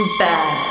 bad